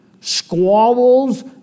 squabbles